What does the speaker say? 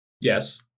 Yes